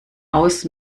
aus